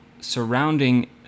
surrounding